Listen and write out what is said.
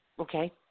Okay